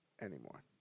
anymore